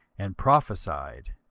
and prophesied.